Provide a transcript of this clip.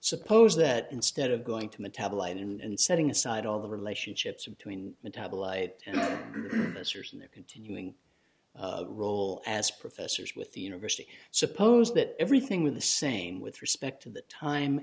suppose that instead of going to metabolite and setting aside all the relationships between metabolite and ministers and their continuing role as professors with the university suppose that everything with the same with respect to the time